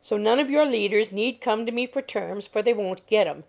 so none of your leaders need come to me for terms, for they won't get em.